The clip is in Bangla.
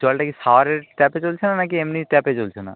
জলটা কি শাওয়ারের ট্যাপে চলছে না না কি এমনি ট্যাপে চলছে না